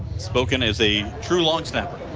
spoken as a true long snapper.